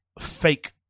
fake